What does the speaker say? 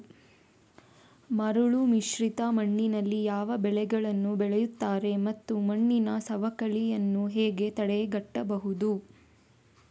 ಮರಳುಮಿಶ್ರಿತ ಮಣ್ಣಿನಲ್ಲಿ ಯಾವ ಬೆಳೆಗಳನ್ನು ಬೆಳೆಯುತ್ತಾರೆ ಮತ್ತು ಮಣ್ಣಿನ ಸವಕಳಿಯನ್ನು ಹೇಗೆ ತಡೆಗಟ್ಟಬಹುದು?